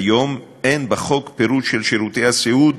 כיום אין בחוק פירוט של שירותי הסיעוד